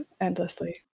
endlessly